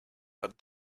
but